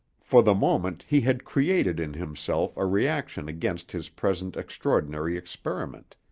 for the moment, he had created in himself a reaction against his present extraordinary experiment,